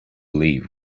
leave